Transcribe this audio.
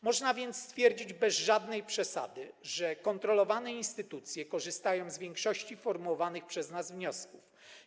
Można więc stwierdzić bez żadnej przesady, że kontrolowane instytucje korzystają z większości formułowanych przez nas wniosków.